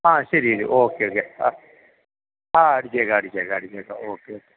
ആ ശെരി ശരി ഓക്കെ ഓക്കെ ആ ആ അടിച്ചേക്കാം അടിച്ചേക്കാം അടിച്ചേക്കാം ഓക്കെ ഓക്കെ